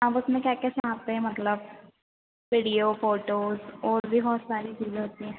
आप उसमें क्या क्या चाहते हैं मतलब वीडियो फ़ोटोज़ ओर भी बहुत सारी चीज़ें होती हैं